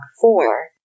four